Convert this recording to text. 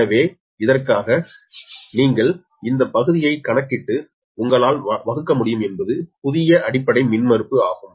எனவே இதற்காக நீங்கள் இந்த பகுதியை கணக்கிட்டு உங்களால் வகுக்க முடியும் என்பது புதிய அடிப்படை மின்மறுப்பு ஆகும்